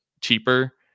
cheaper